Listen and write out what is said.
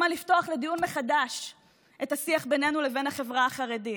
היו 3 מיליארד שקל רק הכנסות מהמכירה של מובילאיי,